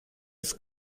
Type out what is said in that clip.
its